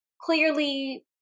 clearly